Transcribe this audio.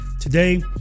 Today